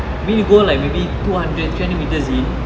maybe we go like maybe two hundred three hundred metres in